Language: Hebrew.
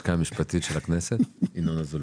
שאלה נוספת.